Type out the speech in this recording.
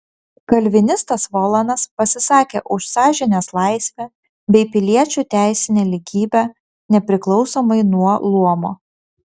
kalvinistas volanas pasisakė už sąžinės laisvę bei piliečių teisinę lygybę nepriklausomai nuo luomo